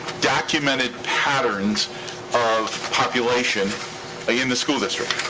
documented patterns of population yeah in the school district.